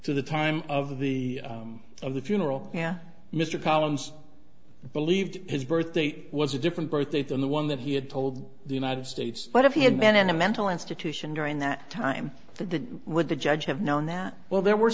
to the time of the of the funeral yeah mr collins believed his birth date was a different birth date than the one that he had told the united states but if he had been in a mental institution during that time the would the judge have known that well there were